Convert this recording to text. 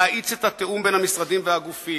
להאיץ את התיאום בין המשרדים והגופים.